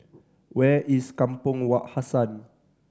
where is Kampong Wak Hassan